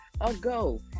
ago